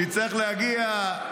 תצטרך להגיע,